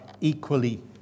equally